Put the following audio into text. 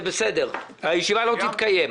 זה בסדר, אבל הישיבה לא תתקיים.